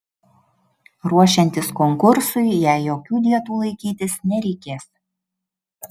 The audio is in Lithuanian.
ruošiantis konkursui jai jokių dietų laikytis nereikės